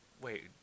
Wait